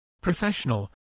Professional